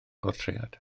bortread